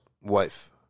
wife